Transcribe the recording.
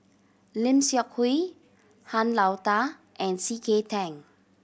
Lim Seok Hui Han Lao Da and C K Tang